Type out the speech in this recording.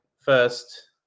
first